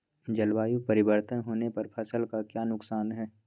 जलवायु परिवर्तन होने पर फसल का क्या नुकसान है?